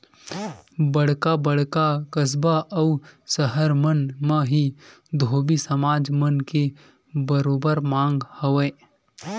बड़का बड़का कस्बा अउ सहर मन म ही धोबी समाज मन के बरोबर मांग हवय